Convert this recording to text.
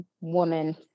woman